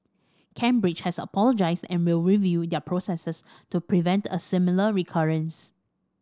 Cambridge has apologised and will review their processes to prevent a similar recurrence